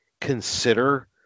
consider